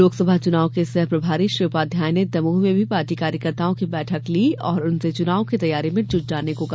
लोकसभा चुनाव के सह प्रभारी श्री उपाध्याय ने दमोह में भी पार्टी कार्यकर्ताओं की बैठक ली और उनर्से चुनाव की तैयारी में जुट जाने को कहा